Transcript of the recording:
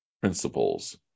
principles